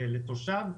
לתושב,